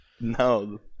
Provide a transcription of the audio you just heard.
No